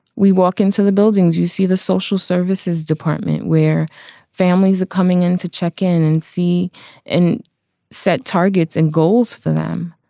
we walk into the buildings, you see the social services department where families are coming in to check in and see and set targets and goals for them.